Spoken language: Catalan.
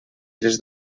tres